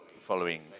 Following